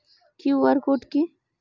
QR code কি?